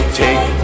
take